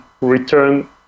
return